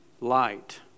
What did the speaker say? light